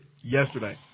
yesterday